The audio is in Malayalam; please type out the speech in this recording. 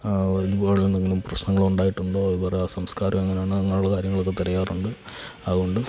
ഇതുപോലുള്ള എന്തെങ്കിലും പ്രശ്നങ്ങളുണ്ടായിട്ടുണ്ടോ ഇവരുടെ സംസ്കാരം എങ്ങനാണ് എന്നുള്ള കാര്യങ്ങളൊക്കെ തിരയാറുണ്ട് അതുകൊണ്ട്